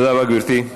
תודה רבה, גברתי.